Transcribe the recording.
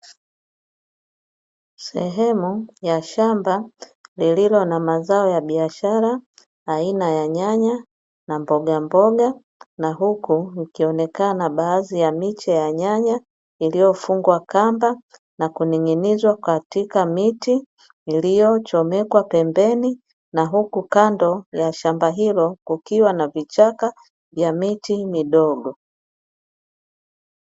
Sehemu ya shamba, lililo na mazao ya biashara aina ya nyanya na mbogamboga, na huku ikionekana baadhi ya miche ya nyanya iliyofungwa kamba na kuning'inizwa katika miti iliyochomekwa pembeni, na huku kando ya shamba hilo kukiwa na vichaka vya miti midogo.